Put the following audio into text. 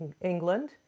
England